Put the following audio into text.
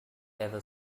ever